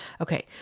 Okay